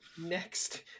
next